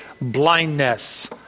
blindness